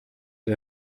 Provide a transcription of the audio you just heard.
der